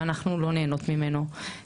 ואנחנו לא נהנות ממנו.